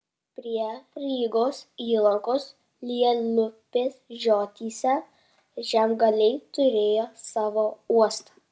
prie rygos įlankos lielupės žiotyse žemgaliai turėjo savo uostą